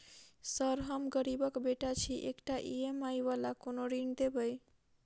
Sir हम गरीबक बेटा छी एकटा ई.एम.आई वला कोनो ऋण देबै?